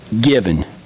given